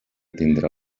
tindrà